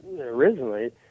originally